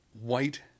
white